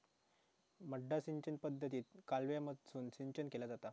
मड्डा सिंचन पद्धतीत कालव्यामधसून सिंचन केला जाता